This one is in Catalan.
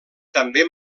també